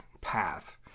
path